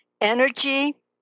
energy